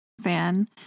fan